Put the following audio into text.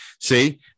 See